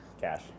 cash